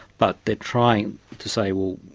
but they are trying to say, well,